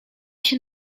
się